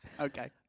Okay